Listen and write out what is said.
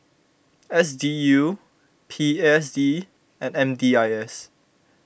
S D U P S D and M D I S